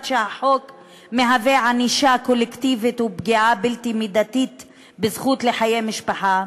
שהחוק מהווה ענישה קולקטיבית ופגיעה בלתי מידתית בזכות לחיי משפחה,